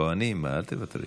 כוהנים, אל תוותרי.